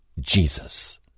Jesus